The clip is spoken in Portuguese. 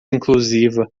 inclusiva